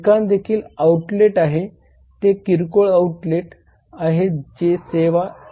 ठिकाण देखील आउटलेट आहे ते किरकोळ आउटलेट आहे जेथे सेवा प्रदान केली जाते